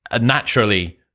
naturally